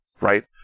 right